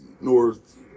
North